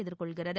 எதிர்கொள்கிறது